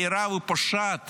יהירה ופושעת